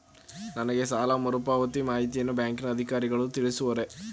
ನನಗೆ ಸಾಲ ಮರುಪಾವತಿಯ ಮಾಹಿತಿಯನ್ನು ಬ್ಯಾಂಕಿನ ಅಧಿಕಾರಿಗಳು ತಿಳಿಸುವರೇ?